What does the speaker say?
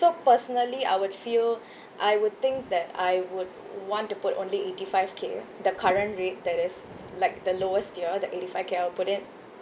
so personally I would feel I would think that I would want to put only eighty five K the current rate that is like the lowest tier that eighty five K I'll put it